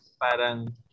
parang